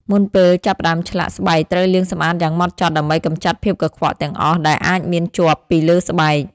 មុនពេលចាប់ផ្តើមឆ្លាក់ ស្បែកត្រូវលាងសម្អាតយ៉ាងហ្មត់ចត់ដើម្បីកម្ចាត់ភាពកខ្វក់ទាំងអស់ដែលអាចមានជាប់ពីលើស្បែក។